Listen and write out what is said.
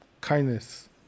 kindness